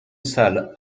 salle